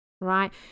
right